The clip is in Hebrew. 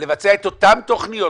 לבצע את אותן תוכניות,